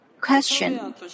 question